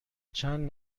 چند